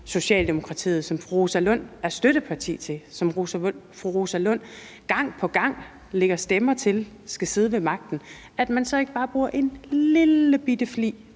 Socialdemokratiet, som fru Rosa Lunds parti er støtteparti for, og som fru Rosa Lund gang på gang lægger stemme til skal sidde ved magten, så undrer det mig faktisk,